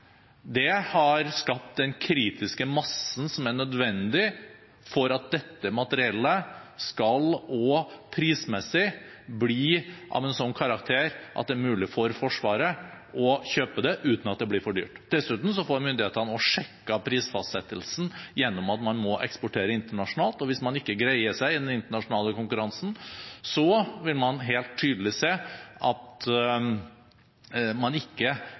Det har skapt den kritiske massen som er nødvendig for at dette materiellet også prismessig skal bli av en sånn karakter at det er mulig for Forsvaret å kjøpe det uten at det blir for dyrt. Dessuten får myndighetene også sjekket prisfastsettelsen gjennom at man må eksportere internasjonalt, og hvis man ikke greier seg i den internasjonale konkurransen, vil man helt tydelig se at man ikke